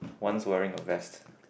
one's very nervous